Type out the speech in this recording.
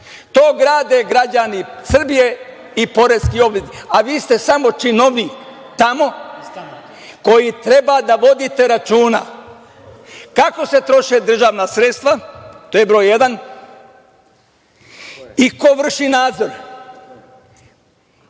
to grade građani Srbije i poreski obveznici, a vi ste samo činovnik tamo koji treba da vodi računa kako se troše državna sredstva, to je broj jedan i ko vrši nadzor. Gde